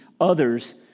others